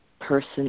person